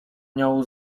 nią